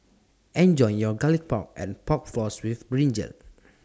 Enjoy your Garlic Pork and Pork Floss with Brinjal